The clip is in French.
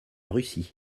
russie